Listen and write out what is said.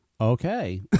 Okay